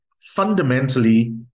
fundamentally